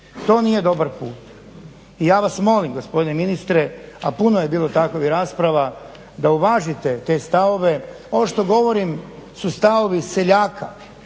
To nije dobar put. I ja vas molim gospodine ministre, a puno je bilo takvih rasprava, da uvažite te stavove. Ovo što govorim su stavovi seljaka,